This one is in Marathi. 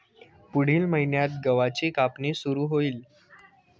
पुढील महिन्यात गव्हाची कापणी सुरू होईल